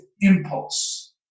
impulse